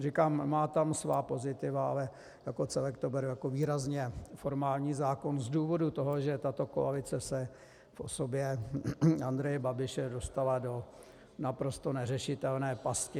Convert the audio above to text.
Říkám, má tam svá pozitiva, ale jako celek to beru jako výrazně formální zákon z důvodu toho, že tato koalice se v osobě Andreje Babiše dostala do naprosto neřešitelné pasti.